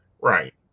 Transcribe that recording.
right